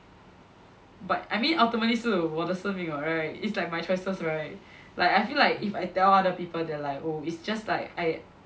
but I mean ultimately 是我的生命 [what] right it's like my choices right like I feel like if I tell other people they're like oh it's just like I